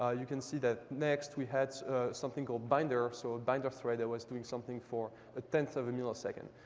ah you can see that next, we had something called binder, so a binder thread that was doing something for a tenth of a millisecond.